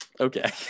Okay